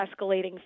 escalating